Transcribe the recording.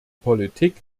politik